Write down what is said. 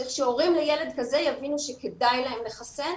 צריך שהורים לילד כזה יבינו שכדאי להם לחסן,